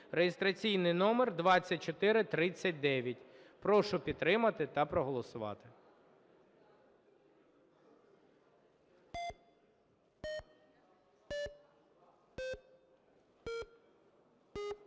(реєстраційний номер 2439). Прошу підтримати та проголосувати